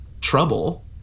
trouble